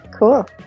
cool